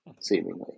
seemingly